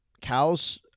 cow's